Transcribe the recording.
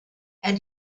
and